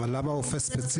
אבל למה רופא ספציפי?